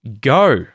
Go